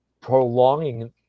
prolonging